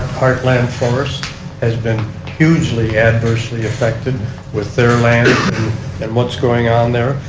heartland forrest has been hugely adversely affected with their land and what is going on there.